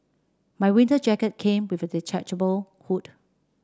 my winter jacket came with a detachable hood